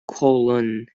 kowloon